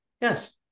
Yes